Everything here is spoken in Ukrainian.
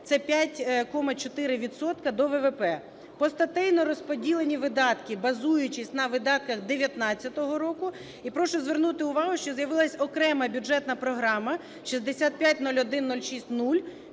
відсотки до ВВП), постатейно розподілені видатки, базуючись на видатках 19-го року. І прошу звернути увагу, що з'явилась окрема бюджетна програма 6501060,